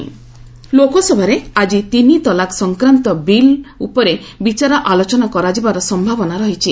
LS triple ତଲାକ୍ ଲୋକସଭାରେ ଆକି ତିନି ତଲାକ୍ ସଂକ୍ରାନ୍ତ ବିଲ୍ ଉପରେ ବିଚାର ଆଲୋଚନା କରାଯିବାର ସମ୍ଭାବନା ରହିଛି